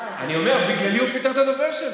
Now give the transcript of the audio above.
אני אומר, בגללי הוא פיטר את הדובר שלו.